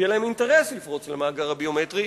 ויהיה להם אינטרס לפרוץ למאגר הביומטרי,